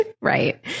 Right